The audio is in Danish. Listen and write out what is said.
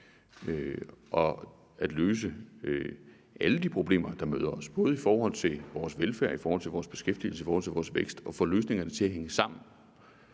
og at løse alle de problemer, der møder os, både i forhold til vores velfærd, i forhold til vores beskæftigelse og i forhold til vores vækst, og få løsningerne til at hænge sammen.